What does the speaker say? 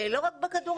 לא רק בכדורגל,